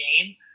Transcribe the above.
game